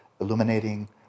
Illuminating